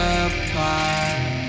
apart